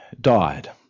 died